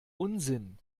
unsinn